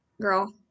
girl